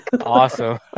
Awesome